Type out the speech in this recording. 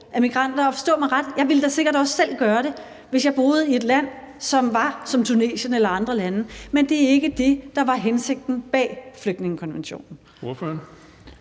migranter. Og forstå mig ret: Jeg ville da sikkert også selv gøre det, hvis jeg boede i et land, som var som Tunesien eller andre lande. Men det er ikke det, der var hensigten bag flygtningekonventionen.